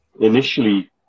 initially